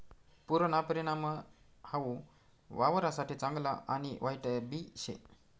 पुरना परिणाम हाऊ वावरससाठे चांगला आणि वाईटबी शे